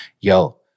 Yo